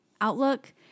outlook